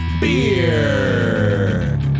beer